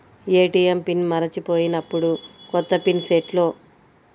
ATM pin మరచిపోయినప్పుడు, కొత్త pin సెల్లో సెట్ చేసుకోవచ్చా?